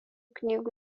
knygų